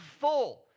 full